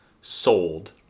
sold